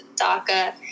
DACA